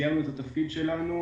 סיימנו את התפקיד שלנו,